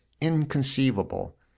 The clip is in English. inconceivable